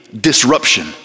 disruption